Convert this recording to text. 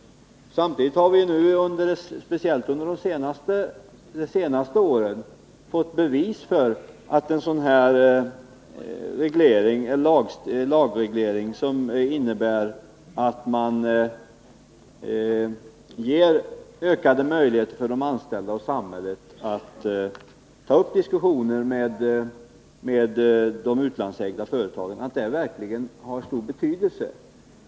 Samtidigt har vi, speciellt under de senaste åren, fått bevis för att en sådan här lagreglering, som innebär att man ger ökade möjligheter för de anställda och samhället att ta upp diskussioner med de utlandsägda företagen, verkligen har stor betydelse.